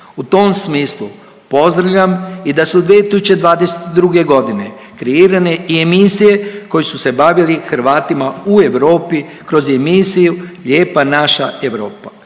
U tom smislu pozdravljam i da su 2022.g. kreirane i emisije koje su se bavile Hrvatima u Europi kroz emisiju „Lijepa naša Europa“